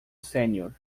sênior